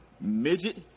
Midget